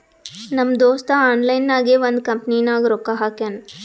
ನಮ್ ದೋಸ್ತ ಆನ್ಲೈನ್ ನಾಗೆ ಒಂದ್ ಕಂಪನಿನಾಗ್ ರೊಕ್ಕಾ ಹಾಕ್ಯಾನ್